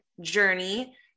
journey